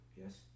Yes